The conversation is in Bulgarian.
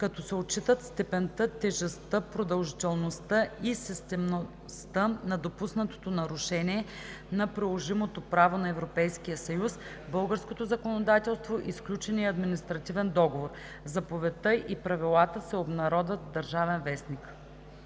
като се отчитат степента, тежестта, продължителността и системността на допуснатото нарушение на приложимото право на Европейския съюз, българското законодателство и сключения административен договор. Заповедта и правилата се обнародват в „Държавен вестник“.“